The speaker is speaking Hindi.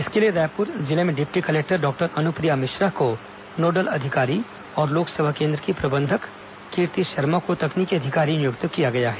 इसके लिए रायपुर जिले में deputy collector doctor Anupriya Mishra को नोडल अधिकारी और लोक सेवा केन्द्र की प्रबंधन कीर्ति शर्मा को तकनीकी अधिकारी नियुक्त किया गया है